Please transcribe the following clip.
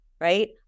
right